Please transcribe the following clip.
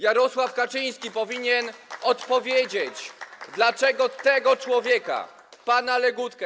Jarosław Kaczyński powinien odpowiedzieć, dlaczego tego człowieka, pana Legutkę.